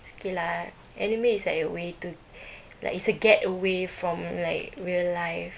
it's okay lah anime is like a way to like it's a getaway from like real life